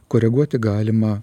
koreguoti galima